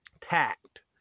tact